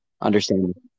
understand